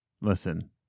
listen